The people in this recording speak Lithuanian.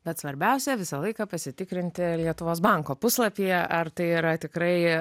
bet svarbiausia visą laiką pasitikrinti lietuvos banko puslapyje ar tai yra tikrai